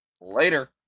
Later